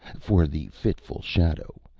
for the fitful shadow,